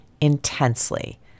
intensely